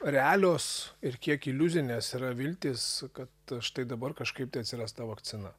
realios ir kiek iliuzinės yra viltys kad štai dabar kažkaip tai atsiras ta vakcina